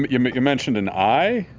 you you mentioned an eye,